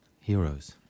heroes